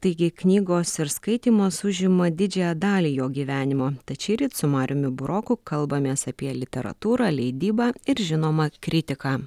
taigi knygos ir skaitymas užima didžiąją dalį jo gyvenimo tad šįryt su mariumi buroku kalbamės apie literatūrą leidybą ir žinoma kritiką